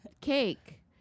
cake